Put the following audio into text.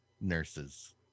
nurses